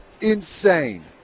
insane